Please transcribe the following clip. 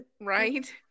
Right